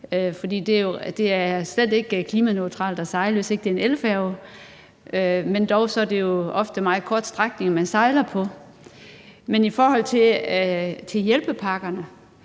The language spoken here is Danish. det er slet ikke klimaneutralt at sejle, hvis det ikke er en elfærge. Det er dog ofte meget korte strækninger, man sejler. I forhold til hjælpepakkerne